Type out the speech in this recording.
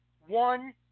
one